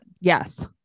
Yes